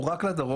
הוא רק לדרום.